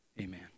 Amen